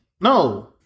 No